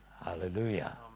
Hallelujah